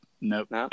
Nope